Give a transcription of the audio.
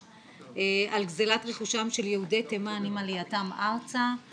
על גזילת רכושם של יהודי תימן עם עלייתם ארצה.